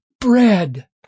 bread